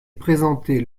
présentée